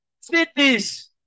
cities